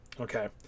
okay